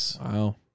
Wow